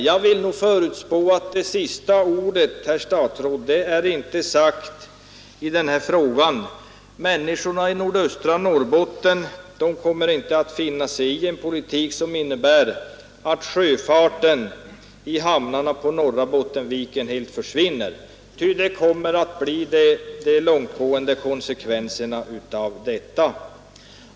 Jag vill nog förutspå att det sista ordet, herr statsråd, inte är sagt i den här frågan. Människorna i nordöstra Norrbotten kommer inte att finna sig i en politik, som innebär att sjöfarten i hamnarna på norra Bottenviken helt försvinner — det kommer att bli de långtgående konsekvenserna av detta.